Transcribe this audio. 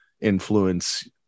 influence